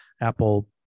Apple